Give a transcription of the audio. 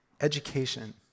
education